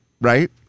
Right